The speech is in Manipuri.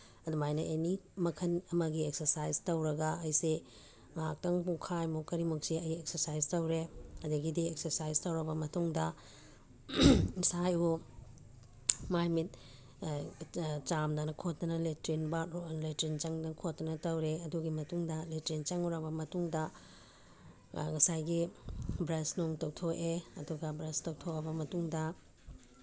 ꯑꯗꯨꯃꯥꯏꯅ ꯑꯦꯅꯤ ꯃꯈꯜ ꯑꯃꯒꯤ ꯑꯦꯛꯁꯔꯁꯥꯏꯁ ꯇꯧꯔꯒ ꯑꯩꯁꯤ ꯉꯥꯏꯍꯥꯛꯇꯪ ꯄꯨꯡꯈꯥꯏꯃꯨꯛ ꯀꯔꯤꯃꯨꯛꯁꯤ ꯑꯩ ꯑꯦꯛꯁꯔꯁꯥꯏꯁ ꯇꯧꯔꯦ ꯑꯗꯨꯗꯒꯤꯗꯤ ꯑꯦꯛꯁꯔꯁꯥꯏꯁ ꯇꯧꯔꯕ ꯃꯇꯨꯡꯗ ꯏꯁꯥ ꯏꯌꯣꯛ ꯃꯥꯏ ꯃꯤꯠ ꯆꯥꯝꯗꯅ ꯈꯣꯠꯇꯅ ꯂꯦꯇ꯭ꯔꯤꯟ ꯂꯦꯇ꯭ꯔꯤꯟ ꯆꯪꯗꯅ ꯈꯣꯠꯇꯅ ꯇꯧꯔꯦ ꯑꯗꯨꯒꯤ ꯃꯇꯨꯡꯗ ꯂꯦꯇ꯭ꯔꯤꯟ ꯆꯪꯉꯨꯔꯕ ꯃꯇꯨꯡꯗ ꯉꯁꯥꯏꯒꯤ ꯕ꯭ꯔꯁꯅꯨꯡ ꯇꯧꯊꯣꯛꯑꯦ ꯑꯗꯨꯒ ꯕ꯭ꯔꯁ ꯇꯧꯊꯣꯛꯑꯕ ꯃꯇꯨꯡꯗ